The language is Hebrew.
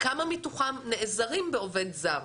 כמה מתוכם נעזרים בעובד זר?